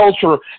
culture